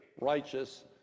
righteous